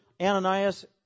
Ananias